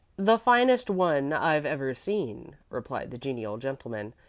the finest one i've ever seen, replied the genial gentleman.